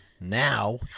Now